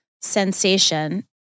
sensation